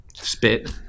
Spit